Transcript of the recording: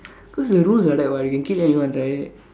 cause the rules like that what you can kill anyone right